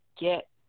get